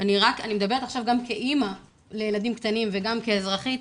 אני מדברת גם כאמא לילדים קטנים וגם כאזרחית.